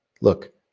Look